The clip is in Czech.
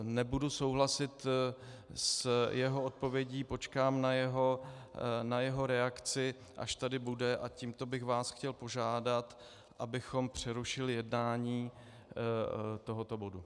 Nebudu souhlasit s jeho odpovědí, počkám na jeho reakci, až tady bude, a tímto bych vás chtěl požádat, abychom přerušili projednávání tohoto bodu.